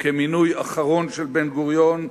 מינוי אחרון של בן-גוריון,